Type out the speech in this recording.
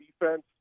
defense